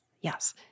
yes